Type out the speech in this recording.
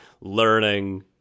learning